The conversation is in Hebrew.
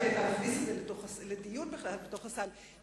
ההצעה שלי היתה להכניס את זה לדיון בכלל בתוך הסל,